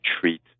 treat